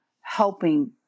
helping